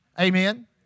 amen